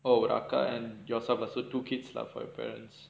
oh ஒரு அக்கா:oru akkaa and yourself lah so two kids lah for your parents